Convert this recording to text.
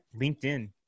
LinkedIn